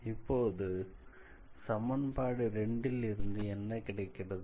இப்போது சமன்பாடு 2 ல் இருந்து என்ன கிடைக்கிறது